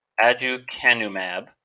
aducanumab